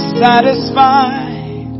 satisfied